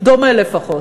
דומה לפחות.